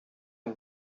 and